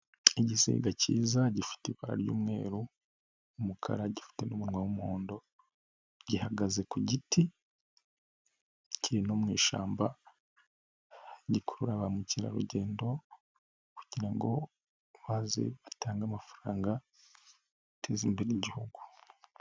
Igisiga cyiza gifite ibara ry'umweru, umukara gifite n'umunwa w'umuhondo, gihagaze ku giti, kiri no mushyamba, gikurura ba mukerarugendo kugira ngo baze batange amafaranga ateza imbere Igihugu.